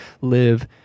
live